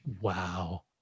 Wow